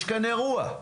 יש כאן אירוע.